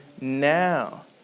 now